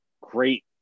great